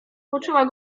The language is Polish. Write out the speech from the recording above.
poczęła